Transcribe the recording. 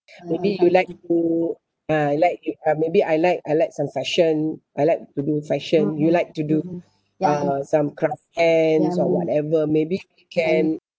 maybe you like to uh like you uh maybe I like I like some fashion I like to do fashion you like to do uh some craft hands or whatever maybe we can